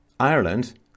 Ireland